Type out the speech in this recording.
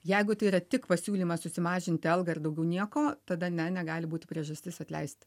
jeigu tai yra tik pasiūlymas susimažinti algą ir daugiau nieko tada ne negali būti priežastis atleisti